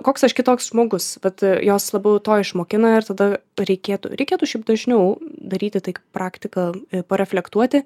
koks aš kitoks žmogus vat jos labiau to išmokina ir tada reikėtų reikėtų šiaip dažniau daryti tai praktika pareflektuoti